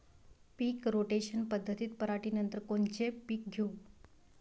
पीक rotation पद्धतीत पराटीनंतर कोनचे पीक घेऊ?